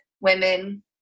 women